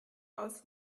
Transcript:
aus